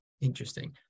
Interesting